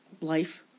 Life